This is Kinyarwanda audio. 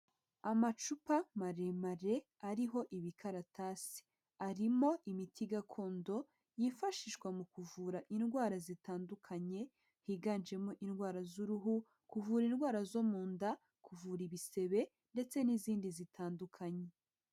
Amacupa maremare ariho ibikaratasi, arimo imiti gakondo yifashishwa mu kuvura indwara zitandukanye, higanjemo indwara z'uruhu, kuvura indwara zo mu nda, kuvura ibisebe ndetse n'izindi zitandukanye.